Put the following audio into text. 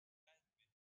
badminton